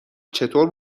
چطور